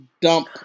dump